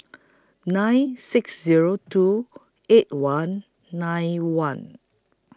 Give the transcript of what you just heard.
nine six Zero two eight one nine one